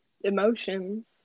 emotions